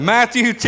Matthew